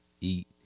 eat